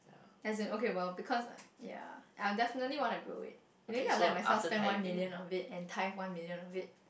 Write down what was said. that's okay it well because like ya I would definitely want to grow it maybe I will let myself spend one million of it and tie one million of it